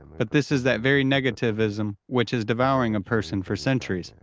but this is that very negativism which is devouring a person for centuries.